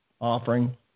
offering